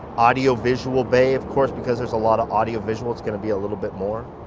audio visual bay, of course, because there's a lot of audio-visual, it's gonna be a little bit more.